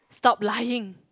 stop lying